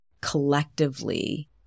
collectively